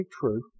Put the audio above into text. true